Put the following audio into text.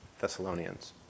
Thessalonians